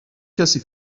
کسی